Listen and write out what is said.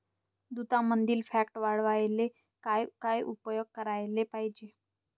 दुधामंदील फॅट वाढवायले काय काय उपाय करायले पाहिजे?